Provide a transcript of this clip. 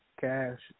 Cash